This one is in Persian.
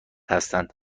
هستند